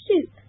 soup